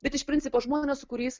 bet iš principo žmonės su kuriais